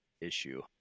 issue